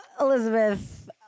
Elizabeth